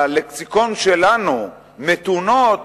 בלקסיקון שלנו, מתונות